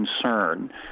concern